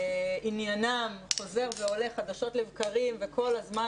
שעניינם חוזר ועולה חדשות לבקרים וכל הזמן